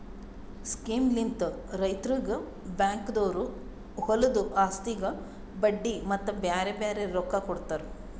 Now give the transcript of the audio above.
ಸ್ಕೀಮ್ಲಿಂತ್ ರೈತುರಿಗ್ ಬ್ಯಾಂಕ್ದೊರು ಹೊಲದು ಆಸ್ತಿಗ್ ಬಡ್ಡಿ ಮತ್ತ ಬ್ಯಾರೆ ಬ್ಯಾರೆ ರೊಕ್ಕಾ ಕೊಡ್ತಾರ್